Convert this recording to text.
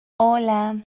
Hola